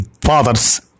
fathers